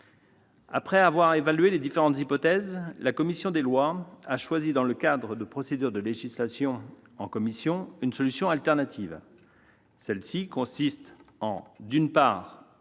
Après avoir évalué les différentes hypothèses, la commission des lois a choisi, dans le cadre de la procédure de législation en commission, une autre solution. Celle-ci consiste, d'une part,